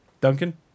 Duncan